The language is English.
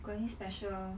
got this special